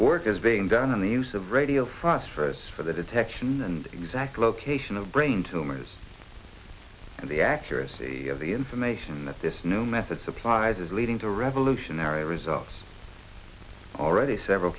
work is being done on the use of radio for us for us for the detection and exact location of brain tumors and the accuracy of the information that this new method supplies is leading to revolutionary results already several